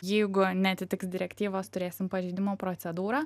jeigu neatitiks direktyvos turėsim pažeidimo procedūrą